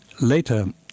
later